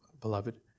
beloved